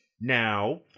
now